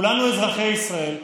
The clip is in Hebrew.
כולנו אזרחי ישראל.